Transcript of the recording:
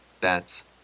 bats